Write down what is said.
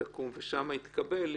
ששם הכול יתקבל,